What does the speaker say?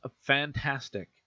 fantastic